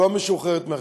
לא משוחררת מאחריות,